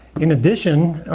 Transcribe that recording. in addition,